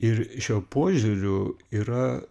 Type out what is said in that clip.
ir šiuo požiūriu yra